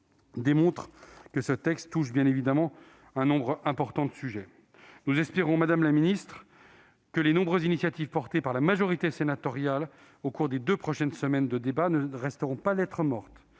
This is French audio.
démontre que ce texte touche une grande quantité de sujets. Nous espérons, madame la ministre, que les nombreuses initiatives de la majorité sénatoriale au cours des deux prochaines semaines de débat ne resteront pas lettre morte.